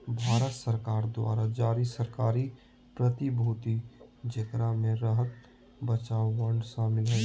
भारत सरकार द्वारा जारी सरकारी प्रतिभूति जेकरा मे राहत बचत बांड शामिल हइ